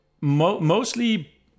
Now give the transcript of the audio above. mostly